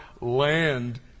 land